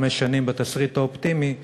חמש שנים בתסריט האופטימי,